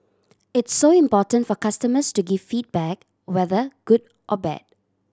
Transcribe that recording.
it's so important for customers to give feedback whether good or bad